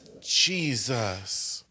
Jesus